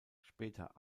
später